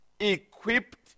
Equipped